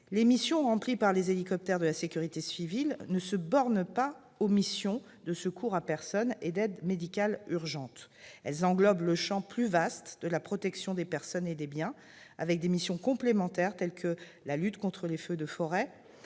les missions remplies par les hélicoptères de la sécurité civile ne se bornent pas aux missions de secours à personne et d'aide médicale urgente. Elles englobent le champ plus vaste de la protection des personnes et des biens, avec des missions complémentaires telles que la lutte contre les feux de forêt,